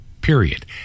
period